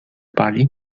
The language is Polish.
pali